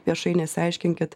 viešai nesiaiškinkit